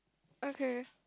okay